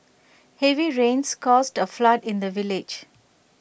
heavy rains caused A flood in the village